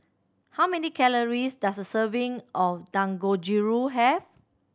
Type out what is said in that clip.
how many calories does a serving of Dangojiru have